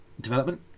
development